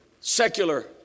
secular